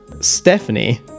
stephanie